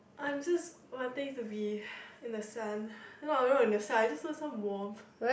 I just wanting to be in the sun no not in the sun I just want some warmth